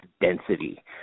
density